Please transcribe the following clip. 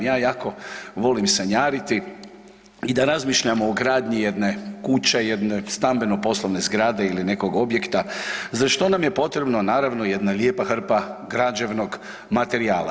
Ja jako volim sanjariti i da razmišljam o gradnji jedne kuće, jedne stambeno-poslovne zgrade ili nekog objekta za što nam je potrebno naravno jedna lijepa hrpa građevnog materijala.